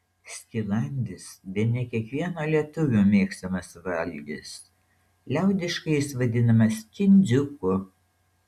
skilandis bene kiekvieno lietuvio mėgstamas valgis liaudiškai jis vadinamas kindziuku